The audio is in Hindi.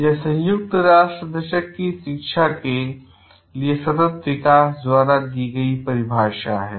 यह संयुक्त राष्ट्र दशक की शिक्षा के लिए सतत विकास द्वारा दी गई परिभाषा है